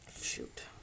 Shoot